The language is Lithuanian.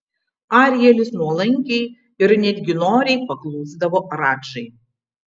arielis nuolankiai ir netgi noriai paklusdavo radžai